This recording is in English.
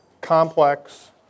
complex